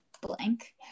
blank